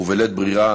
ובלית ברירה,